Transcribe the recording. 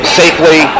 safely